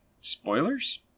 Spoilers